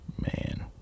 man